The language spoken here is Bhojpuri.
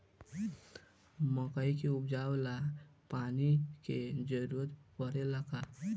मकई के उपजाव ला पानी के जरूरत परेला का?